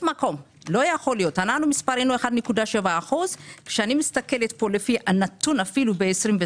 לא ייתכן, מספרנו 1.7%. לפי הנתון ב-22',